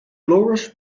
loras